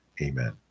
Amen